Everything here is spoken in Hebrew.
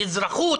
אזרחות